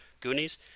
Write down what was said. Goonies